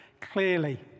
clearly